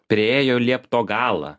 priėjo liepto galą